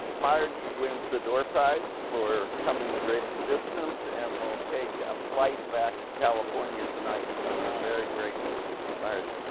ah marge wins a door prize for coming the greatest distance. and we'll take a flight back to california tonight. so, we're very grateful to marge.